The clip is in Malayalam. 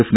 എഫ്